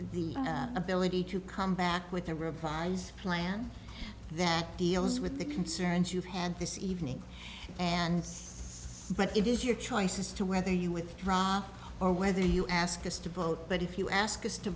the the ability to come back with a revise plan that deals with the concerns you've had this evening and what it is your choice as to whether you withdraw or whether you ask us to vote but if you ask us to